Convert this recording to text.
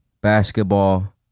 basketball